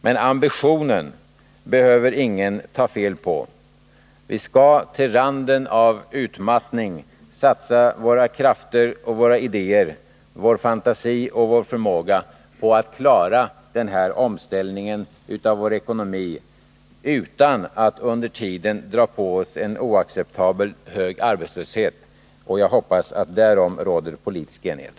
Men ambitionen behöver ingen ta fel på. Vi skall till randen av utmattning satsa våra krafter, våra idéer, vår fantasi och vår förmåga på att klara den här omställningen av vår ekonomi utan att under tiden dra på oss en oacceptabelt hög arbetslöshet. Jag hoppas att därom råder politisk enighet.